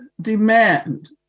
demand